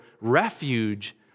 refuge